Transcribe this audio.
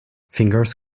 fingers